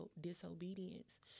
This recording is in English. disobedience